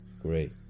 Great